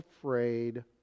afraid